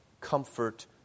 comfort